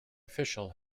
official